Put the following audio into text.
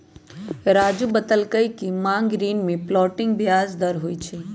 राज़ू बतलकई कि मांग ऋण में फ्लोटिंग ब्याज दर होई छई